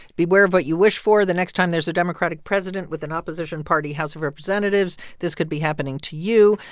beware of what you wish for. the next time there's a democratic president with an opposition party house of representatives, this could be happening to you.